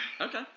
Okay